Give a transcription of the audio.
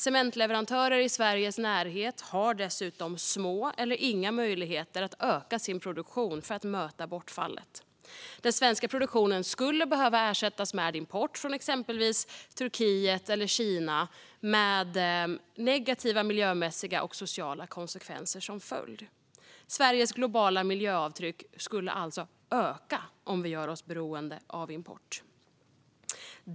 Cementleverantörer i Sveriges närhet har dessutom små eller inga möjligheter att öka sin produktion för att möta bortfallet. Den svenska produktionen skulle behöva ersättas med import från exempelvis Turkiet eller Kina, med negativa miljömässiga och sociala konsekvenser som följd. Sveriges globala miljöavtryck skulle alltså öka om vi gör oss beroende av import.